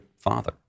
father